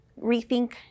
Rethink